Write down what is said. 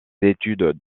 études